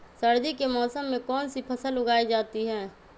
सर्दी के मौसम में कौन सी फसल उगाई जाती है?